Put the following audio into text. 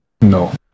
No